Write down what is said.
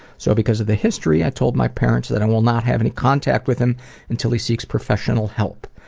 so, because of the history, i told my parents that i will not have any contact with him until he seeks professional help.